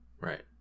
Right